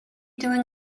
doing